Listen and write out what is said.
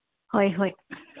ꯍꯣꯏ ꯍꯣꯏ